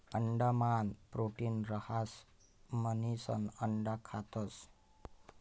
अंडा मान प्रोटीन रहास म्हणिसन अंडा खातस